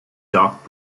dark